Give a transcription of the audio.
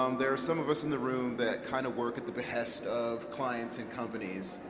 um there are some of us in the room that kind of work at the behest of clients and companies,